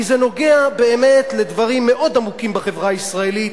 כי זה נוגע באמת בדברים מאוד עמוקים בחברה הישראלית,